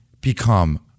become